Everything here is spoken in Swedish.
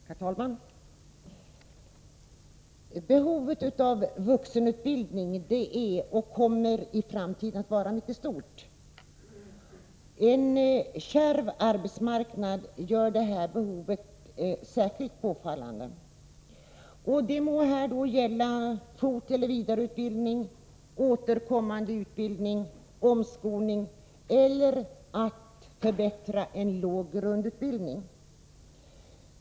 Herr talman! Behovet av vuxenutbildning är och kommer i framtiden att vara mycket stort. En kärv arbetsmarknad gör detta behov särskilt påfallande. Det må gälla fortbildning och vidareutbildning, återkommande utbildning, omskolning eller att förbättra en låg grundutbildning.